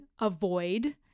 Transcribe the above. avoid